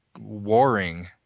warring